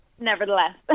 nevertheless